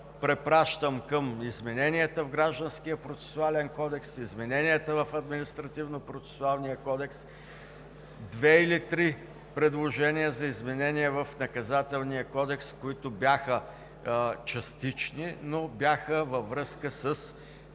Препращам към измененията в Гражданскопроцесуалния кодекс, измененията в Административнопроцесуалния кодекс, две или три предложения за изменения в Наказателния кодекс, които бяха частични, но бяха във връзка с